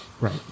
Right